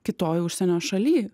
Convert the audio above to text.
kitoj užsienio šaly